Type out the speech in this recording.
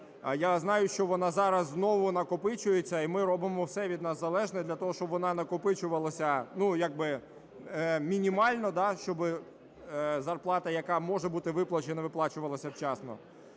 Я знаю, що вона зараз знову накопичується, і ми робимо все від нас залежне для того, щоб вона накопичувалася мінімально, щоб зарплата, яка може бути виплачена, виплачувалася вчасно.